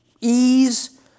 ease